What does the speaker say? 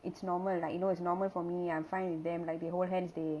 it's normal like you know it's normal for me I'm fine with them like they hold hands they